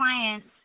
clients